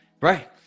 Right